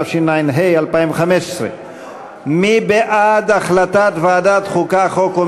התשע"ה 2015. מי בעד החלטת ועדת החוקה,